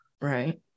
Right